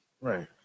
Right